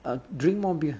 ah drink more beer